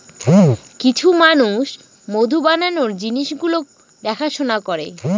কিছু মানুষ মধু বানানোর জিনিস গুলো দেখাশোনা করে